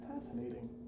Fascinating